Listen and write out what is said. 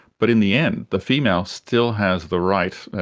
but in the end the female still has the right,